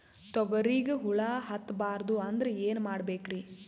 ತೊಗರಿಗ ಹುಳ ಹತ್ತಬಾರದು ಅಂದ್ರ ಏನ್ ಮಾಡಬೇಕ್ರಿ?